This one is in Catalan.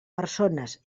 persones